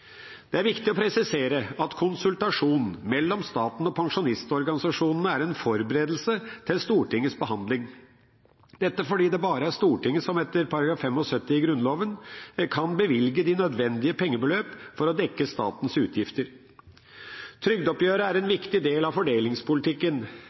Det er viktig å presisere at konsultasjon mellom staten og pensjonistorganisasjonene er en forberedelse til Stortingets behandling – dette fordi det bare er Stortinget som etter § 75 i Grunnloven kan bevilge de nødvendige pengebeløp for å dekke statens utgifter. Trygdeoppgjøret er en